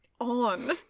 on